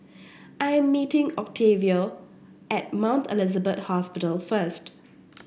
I am meeting Octavio at Mount Elizabeth Hospital first